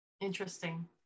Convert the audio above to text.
Interesting